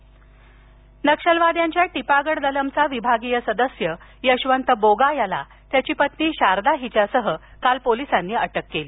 नक्षल नक्षलवाद्यांच्या टिपागड दलमचा विभागीय समिती सदस्य यशवंत बोगा याला त्याची पत्नी शारदा हिच्यासह काल पोलिसांनी अटक केली